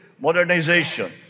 modernization